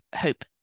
hope